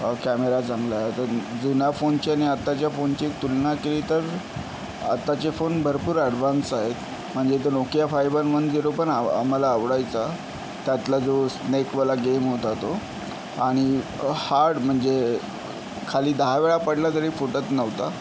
camera चांगला आहे तर जुन्या फोनची आणि आताच्या फोनची तुलना केली तर आताचे फोन भरपूर ॲडवान्स आहेत म्हणजे तो Nokia five one one zero पण आव मला आवडायचा त्यातला जो स्नेकवाला गेम होता तो आणि हार्ड म्हणजे खाली दहा वेळा पडला तरी फुटत नव्हता